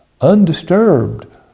undisturbed